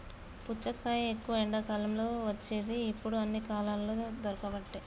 పుచ్చకాయ ఎక్కువ ఎండాకాలం వచ్చేది ఇప్పుడు అన్ని కాలాలల్ల దొరుకబట్టె